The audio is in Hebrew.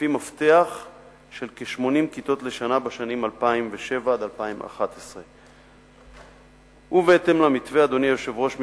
לפי מפתח של כ-80 כיתות לשנה בשנים 2007 2011. אדוני היושב-ראש,